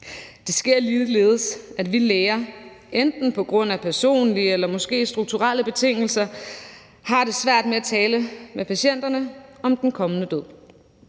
Det sker ligeledes, at vi læger, enten på grund af personlige eller måske strukturelle betingelser, har det svært med at tale med patienterne om den kommende død.